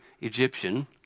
Egyptian